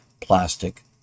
plastic